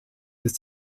ist